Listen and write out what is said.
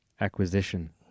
acquisition